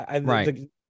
right